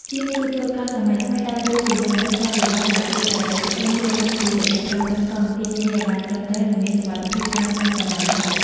ជាងជួសជុលកង់សម័យថ្មីដើរតួជាអ្នកប្រឹក្សាយោបល់ដែលជួយឱ្យអតិថិជនយល់ដឹងពីរបៀបប្រើប្រាស់កង់អគ្គិសនីឱ្យបានត្រឹមត្រូវ និងមានសុវត្ថិភាពតាមច្បាប់ចរាចរណ៍។